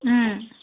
ও